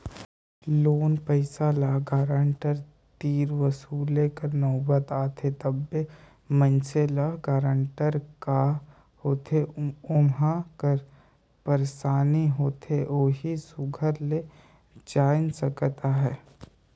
loan पइसा ल guarantor तीर वसूले कर नउबत आथे तबे मइनसे ल गारंटर का होथे ओम्हां का पइरसानी होथे ओही सुग्घर ले जाएन सकत अहे